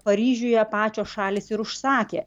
paryžiuje pačios šalys ir užsakė